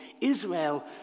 Israel